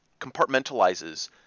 compartmentalizes